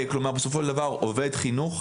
עובד חינוך,